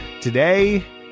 Today